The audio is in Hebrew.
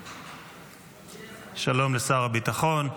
שלום לשר הביטחון,